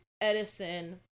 Edison